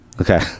Okay